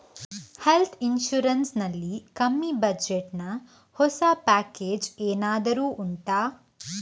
health insurance ನಲ್ಲಿ ಕಮ್ಮಿ budget ನ ಹೊಸ ಪ್ಯಾಕೇಜ್ ಏನಾದರೂ ಉಂಟಾ